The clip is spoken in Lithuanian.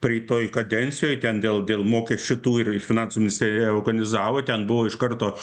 praeitoj kadencijoj ten dėl dėl mokesčių tų ir finansų ministerija organizavo ten buvo iš karto